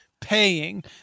paying